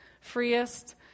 freest